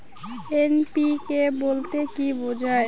NPK বলতে কী বোঝায়?